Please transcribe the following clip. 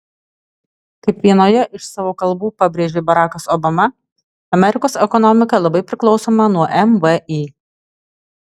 kaip vienoje iš savo kalbų pabrėžė barakas obama amerikos ekonomika labai priklausoma nuo mvį